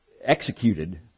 executed